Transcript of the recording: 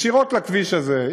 ישירות לכביש הזה,